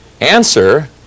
answer